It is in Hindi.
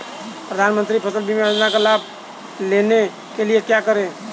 प्रधानमंत्री फसल बीमा योजना का लाभ लेने के लिए क्या करें?